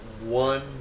one